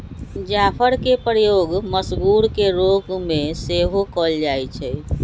जाफरके प्रयोग मसगुर के रोग में सेहो कयल जाइ छइ